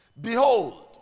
Behold